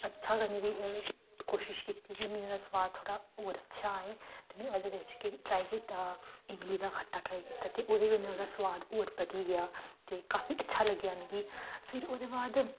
अच्छा करने दी कोशश कीती कि मी ओह्दा सुआद थोह्ड़ा होर अच्छा आए में ते ओह्दे बिच्च केह् ट्राई कीता इमली दा खट्टा ट्राई कीता ते ओह्दे कन्नै ओह्दा सुआद होर बधी गेआ ते काफी अच्छा लग्गेआ मिगी फिर ओह्दे बाद